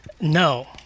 No